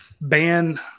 ban